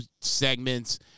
segments